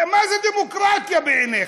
מה זו דמוקרטיה בעיניך?